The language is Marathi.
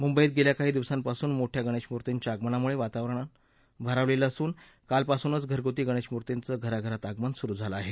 मुंबईत गेल्या काही दिवसांपासूनच मोठ्या गणेशमुर्तींच्या आगमनामुळे वातावरण भारावलेलं असून कालपासूनच घरगुती गणेशमुर्तींचे घराघरात आगमन सुरू झालं आहे